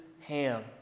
Ham